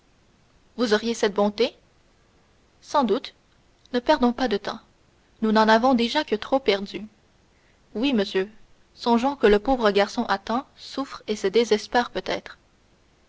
vous auriez cette bonté sans doute ne perdons pas de temps nous n'en avons déjà que trop perdu oui monsieur songeons que le pauvre garçon attend souffre et se désespère peut-être